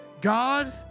God